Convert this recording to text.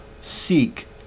seek